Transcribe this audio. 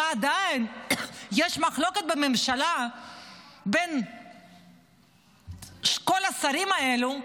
ועדיין יש מחלוקת בממשלה בין כל השרים האלה,